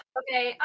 okay